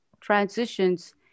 transitions